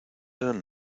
eran